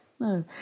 No